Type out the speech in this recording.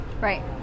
right